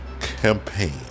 campaign